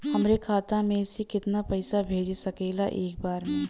हमरे खाता में से कितना पईसा भेज सकेला एक बार में?